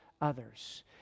others